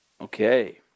Okay